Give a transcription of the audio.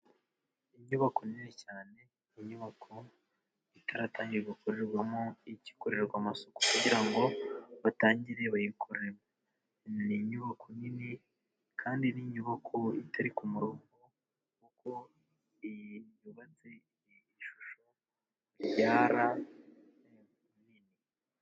Inyubako nini cyane, inyubako itaratangira gukorerwamo igikorerwa amasuku, kugira ngo batangire bayikoremo. Ni inyubako nini kandi ni inyubako itari ku murongo kuko iyi yubatse shusho ya...